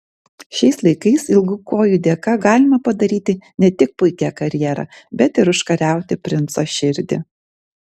šiais laikais ilgų kojų dėka galima padaryti ne tik puikią karjerą bet ir užkariauti princo širdį